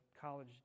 college